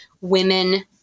Women